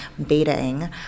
betaing